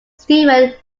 stephen